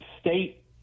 state